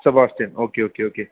sebastian okay okay okay